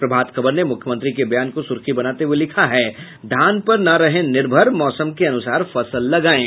प्रभात खबर ने मुख्यमंत्री के बयान को सुर्खी बनाते हुये लिखा है धान पर न रहे निर्भर मौसम के अनुसार फसल लगायें